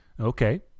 Okay